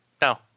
No